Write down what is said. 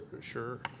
sure